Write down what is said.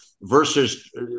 versus